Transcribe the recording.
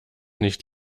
nicht